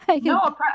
No